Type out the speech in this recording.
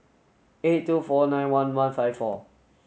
eight two four nine one one five four